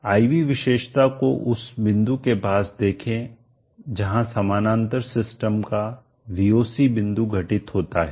I V विशेषता को उस बिंदु के पास देखें जहां समानांतर सिस्टम का Voc बिंदु घटित होता है